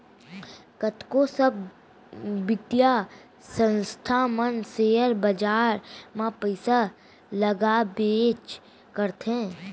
कतको सब बित्तीय संस्था मन सेयर बाजार म पइसा लगाबेच करथे